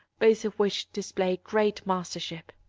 both of which display great mastership.